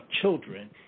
children